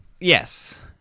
Yes